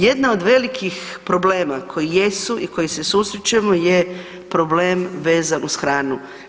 Jedna od velikih problema koji jesu i s kojim se susrećemo je problem vezan uz hranu.